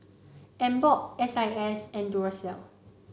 Emborg S I S and Duracell